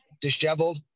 disheveled